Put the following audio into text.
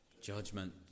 judgment